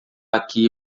aqui